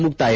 ಮುಕ್ತಾಯ